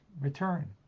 return